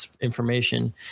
information